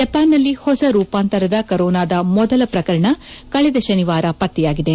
ಜಪಾನ್ನಲ್ಲಿ ಹೊಸ ರೂಪಾಂತರದ ಕೊರೊನಾದ ಮೊದಲ ಪ್ರಕರಣ ಕಳೆದ ಶನಿವಾರ ಪತ್ತೆಯಾಗಿದೆ